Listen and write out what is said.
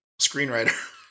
screenwriter